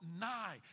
nigh